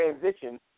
transition